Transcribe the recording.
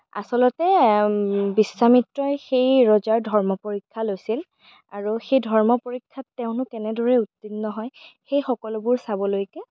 আচলতে বিশ্বামিত্ৰই সেই ৰজাৰ ধৰ্ম পৰীক্ষা লৈছিল আৰু সেই ধৰ্ম পৰীক্ষাত তেওঁনো কেনেদৰে উত্তীৰ্ণ হয় সেই সকলোবোৰ চাবলৈকে